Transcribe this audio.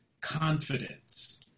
confidence